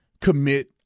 commit